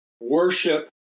worship